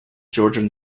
georgian